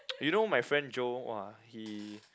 you know my friend Joe !wah! he